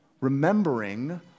Remembering